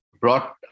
brought